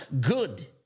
good